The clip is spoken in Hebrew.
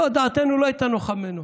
לא, דעתנו לא הייתה נוחה ממנו,